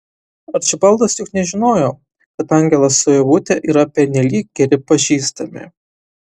arčibaldas juk nežinojo kad angelas su ievute yra pernelyg geri pažįstami